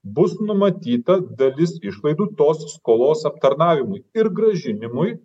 bus numatyta dalis išlaidų tos skolos aptarnavimui ir grąžinimui